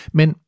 Men